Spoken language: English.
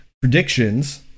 predictions